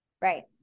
Right